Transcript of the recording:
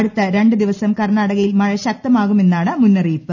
അടുത്ത രണ്ട് ദിവസം കർണ്ണാടകയിൽ മഴ ശക്തമാകൂമെന്നാണ് മുന്നറിയിപ്പ്